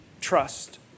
trust